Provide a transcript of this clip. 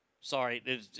Sorry